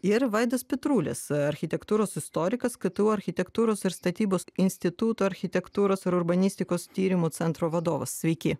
ir vaidas petrulis architektūros istorikas ktu architektūros ir statybos instituto architektūros ir urbanistikos tyrimo centro vadovas sveiki